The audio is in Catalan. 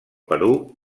perú